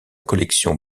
collection